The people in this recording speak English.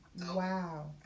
Wow